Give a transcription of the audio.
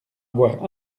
avoir